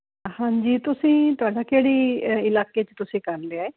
ਹਾਂਜੀ ਤੁਸੀਂ ਤੁਹਾਡਾ ਕਿਹੜੀ ਇਲਾਕੇ ਚ ਤੁਸੀਂ ਕਰ ਲਿਆ